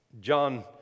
John